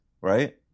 right